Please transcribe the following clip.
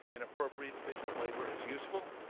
an appropriate division of labor is useful.